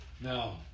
Now